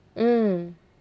mm